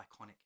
iconic